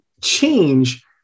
change